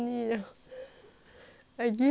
I give you a hint is